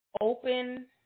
open